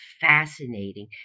fascinating